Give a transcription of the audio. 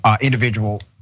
individual